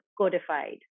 codified